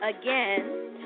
again